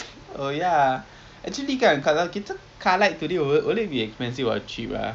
oh ya actually kan kalau kita car lite to there will it be expensive or cheap ah